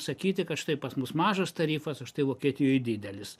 sakyti kad štai pas mus mažas tarifas o štai vokietijoj didelis